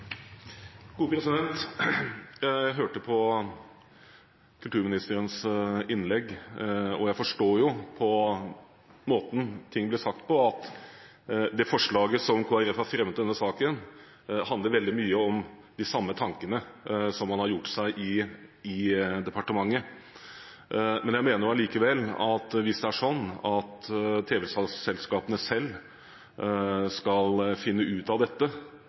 Jeg hørte på kulturministerens innlegg, og jeg forstår på måten ting ble sagt på, at det forslaget som Kristelig Folkeparti har fremmet i denne saken, handler veldig mye om de samme tankene som man har gjort seg i departementet. Men hvis det er sånn at tv-selskapene selv skal finne ut av dette